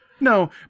No